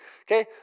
okay